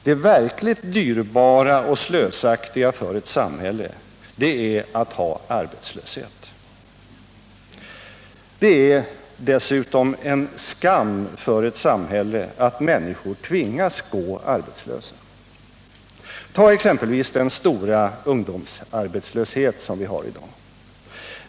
Det verkligt dyrbara och slösaktiga för ett samhälle är att ha arbetslöshet. Det är dessutom en skam för ett samhälle att människor tvingas gå arbetslösa. Ta exempelvis den stora ungdomsarbetslösheten i dag.